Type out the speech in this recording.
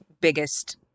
biggest